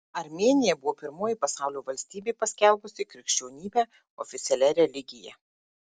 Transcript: armėnija buvo pirmoji pasaulio valstybė paskelbusi krikščionybę oficialia religija